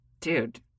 Dude